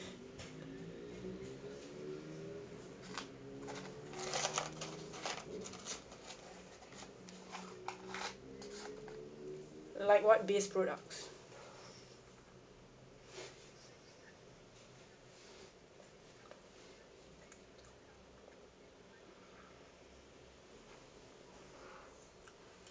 like what base products